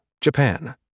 Japan